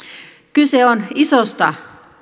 kyse on isosta